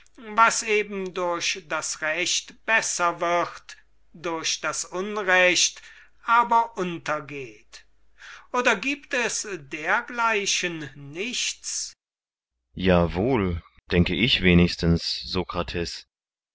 was eben durch das recht besser wird durch das unrecht aber untergeht oder gibt es dergleichen nichts kriton jawohl denke ich wenigstens